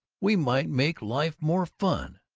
we might make life more fun.